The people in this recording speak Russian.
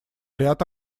ряд